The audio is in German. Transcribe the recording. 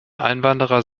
einwanderer